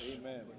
Amen